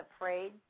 afraid